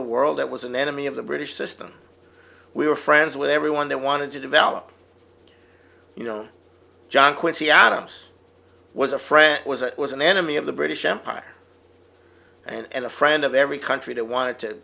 the world it was an enemy of the british system we were friends with everyone that wanted to develop you know john quincy adams was a friend was a was an enemy of the british empire and a friend of every country that want